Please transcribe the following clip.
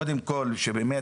קודם כל שבאמת,